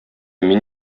мин